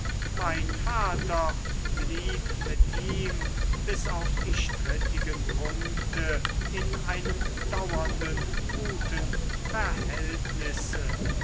mein vater blieb mit ihm bis auf die strittigen punkte in einem dauernden guten verhältnisse